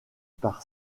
par